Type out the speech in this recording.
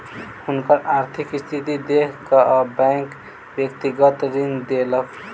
हुनकर आर्थिक स्थिति देख कअ बैंक व्यक्तिगत ऋण देलक